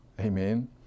Amen